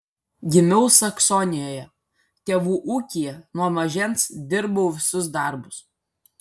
gimiau saksonijoje tėvų ūkyje nuo mažens dirbau visus darbus